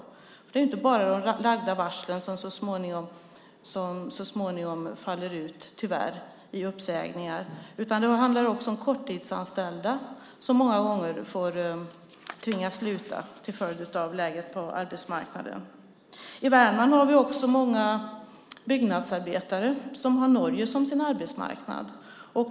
Det handlar ju inte bara om de lagda varslen, som så småningom tyvärr faller ut i uppsägningar, utan det handlar också om korttidsanställda som många gånger tvingas sluta till följd av läget på arbetsmarknaden. I Värmland har vi också många byggnadsarbetare som har Norge som sin arbetsmarknad.